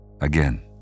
Again